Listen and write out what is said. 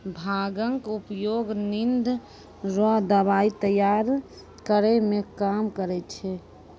भांगक उपयोग निंद रो दबाइ तैयार करै मे काम करै छै